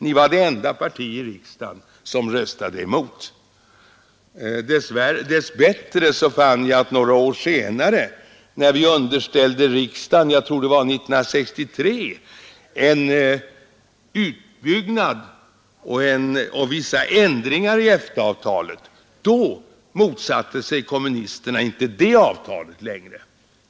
Dess bättre fann jag några år senare — jag tror det var 1963, när vi underställde riksdagen en utbyggnad och vissa ändringar i EFTA-avtalet — att då motsatte sig kommunisterna inte det avtalet längre.